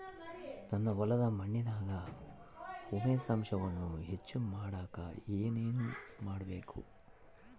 ನನ್ನ ಹೊಲದ ಮಣ್ಣಿನಾಗ ಹ್ಯೂಮಸ್ ಅಂಶವನ್ನ ಹೆಚ್ಚು ಮಾಡಾಕ ನಾನು ಏನು ಮಾಡಬೇಕು?